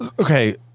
Okay